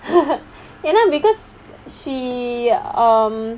ஏனா:yaenaa because she um